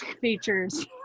features